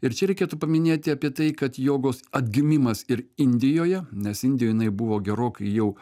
ir čia reikėtų paminėti apie tai kad jogos atgimimas ir indijoje nes indijoj jinai buvo gerokai jau